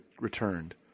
returned